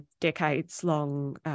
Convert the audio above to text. decades-long